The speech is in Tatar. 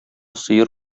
сыер